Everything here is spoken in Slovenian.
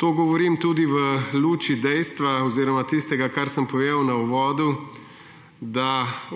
To govorim tudi v luči dejstva oziroma tistega, kar sem povedal v uvodu, da